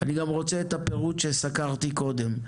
אני גם רוצה את הפירוט שסקרתי קודם.